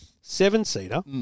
Seven-seater